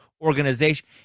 organization